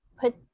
put